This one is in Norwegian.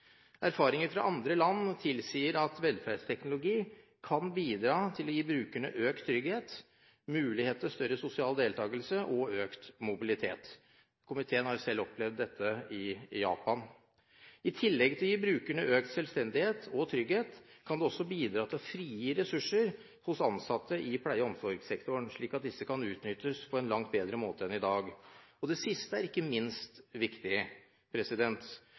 Erfaringer fra andre land tilsier at velferdsteknologi kan bidra til å gi brukerne økt trygghet, mulighet til større sosial deltakelse og økt mobilitet. Komiteen har selv opplevd dette i Japan. I tillegg til å gi brukerne økt selvstendighet og trygghet kan det også bidra til å frigi ressurser hos ansatte i pleie- og omsorgssektoren, slik at disse kan utnyttes på en langt bedre måte enn i dag. Det siste er ikke minst viktig: